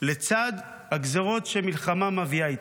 לצד הגזרות שמלחמה מביאה איתה.